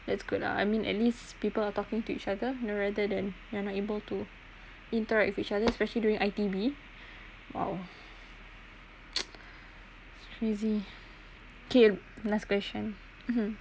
that's good lah I mean at least people are talking to each other you know rather than you are not able to interact with each other especially during I_T_B !wow! it's crazy okay last question mmhmm